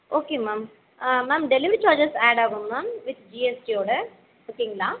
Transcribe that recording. okay ma'am ah ma'am delivery charges ஆட்டாகும் ma'am with ஜிஎஸ்டியோடு ஓகேங்களா